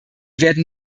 werden